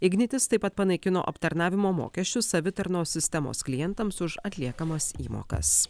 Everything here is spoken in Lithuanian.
ignitis taip pat panaikino aptarnavimo mokesčius savitarnos sistemos klientams už atliekamas įmokas